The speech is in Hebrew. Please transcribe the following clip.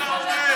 מה זה פה?